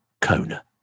Kona